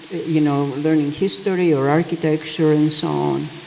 you know, learning history or architecture and so on.